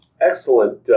Excellent